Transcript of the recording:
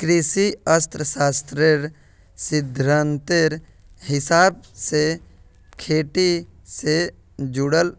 कृषि अर्थ्शाश्त्रेर सिद्धांतेर हिसाब से खेटी से जुडाल